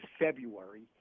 February